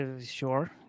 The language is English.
sure